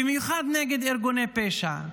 בייחוד נגד ארגוני פשע.